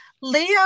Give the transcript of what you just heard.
Leo